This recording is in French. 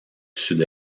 sud